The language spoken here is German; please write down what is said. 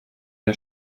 der